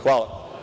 Hvala.